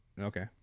Okay